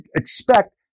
expect